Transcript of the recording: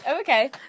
Okay